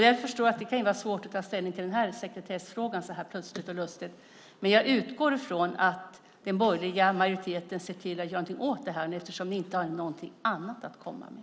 Jag förstår att det kan vara svårt att ta ställning till den här sekretessfrågan så här plötsligt och lustigt. Men jag utgår från att den borgerliga majoriteten ser till att göra någonting åt det här eftersom ni inte har någonting annat att komma med.